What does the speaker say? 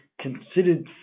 considered